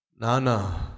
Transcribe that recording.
Nana